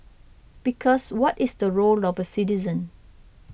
because what is the role of a citizen